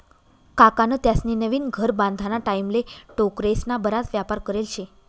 काकान त्यास्नी नवीन घर बांधाना टाईमले टोकरेस्ना बराच वापर करेल शे